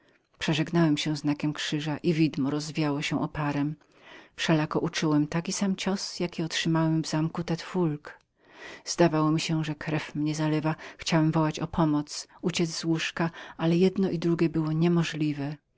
przeżegnałem się znakiem krzyża świętego i widmo rozwiało się oparem wszelako uczułem to samo uderzenie które otrzymałem w zamku tte foulque zdawało mi się że krew mnie zalała chciałem wołać o pomoc uciec z łóżka ale jedno i drugie